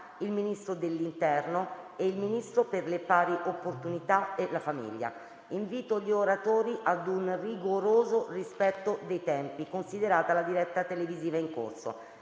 il Ministro della difesa e il Ministro per le pari opportunità e la famiglia. Invito gli oratori ad un rigoroso rispetto dei tempi, considerata la diretta televisiva in corso.